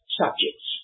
subjects